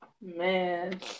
Man